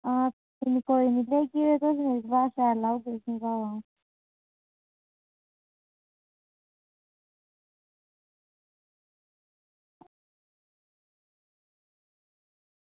आं चलो कोई निं ते बाकी कोला शैल लाई ओड़गे तुसें ई आं